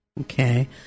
Okay